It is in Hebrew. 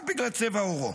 רק בגלל צבע עורו.